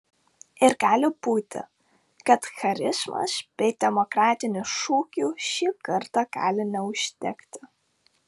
ir gali būti kad charizmos bei demokratinių šūkių šįkart gali neužtekti